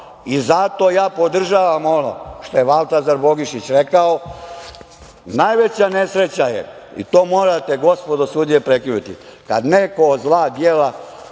malo. Zato ja podržavam ono što je Valtazar Bogišić rekao – Najveća nesreća je, i to morate gospodo sudije prekinuti, kada neko od zla dijela